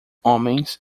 homens